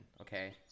Okay